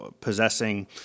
possessing